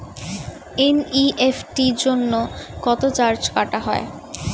NEFT জন্য কত charge কাটা হয়?